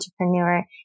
entrepreneur